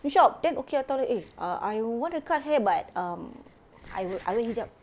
new shop then okay I tell them eh err I want to cut hair but um I I wear hijab any